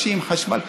אנשים עם חשמל פירטי,